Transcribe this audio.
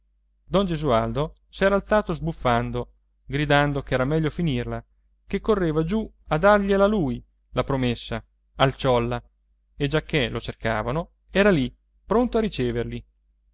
don gesualdo s'era alzato sbuffando gridando ch'era meglio finirla che correva giù a dargliela lui la promessa al ciolla e giacchè lo cercavano era lì pronto a riceverli